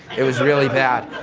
it was really bad.